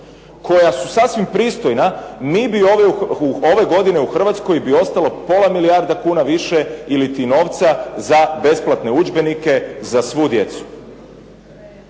koja su sasvim pristojna mi bi ove godine u Hrvatskoj bi ostalo pola milijarde kuna više ili to novca za besplatne udžbenike za svu djecu,